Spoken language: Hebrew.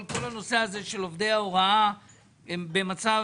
כל הנושא הזה של עובדי ההוראה הוא כזה שהם במצב